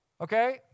Okay